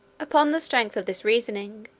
upon the strength of this reasoning,